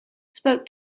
spoke